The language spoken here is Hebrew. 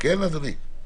כן, אדוני.